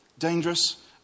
Dangerous